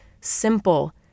simple